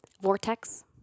vortex